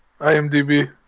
IMDB